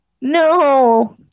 No